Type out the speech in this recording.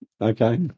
Okay